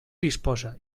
disposa